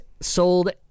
sold